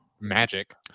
magic